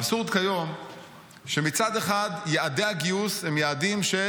האבסורד כיום שמצד אחד יעדי הגיוס הם יעדים של